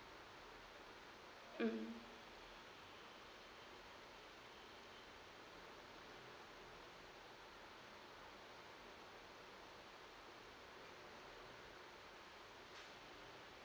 mm